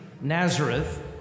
Nazareth